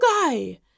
guy